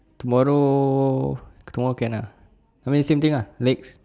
tomorrow tomorrow can lah I mean same thing lah leg